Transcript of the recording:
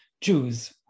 jews